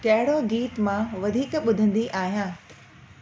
कहिड़ो गीत मां वधीक ॿुधंदी आहियां